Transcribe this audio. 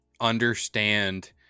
understand